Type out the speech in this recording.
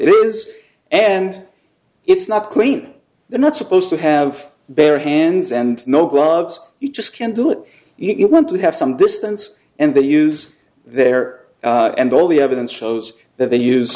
it is and it's not clean they're not supposed to have bare hands and no gloves you just can't do it you want to have some distance and they use their and all the evidence shows that they